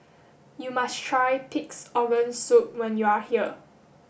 you must try pig's organ soup when you are here